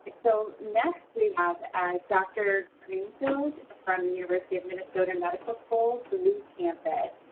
so next we have dr. greenfield from the university of minnesota medical school, duluth campus.